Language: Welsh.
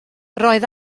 roedd